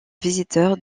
visiteurs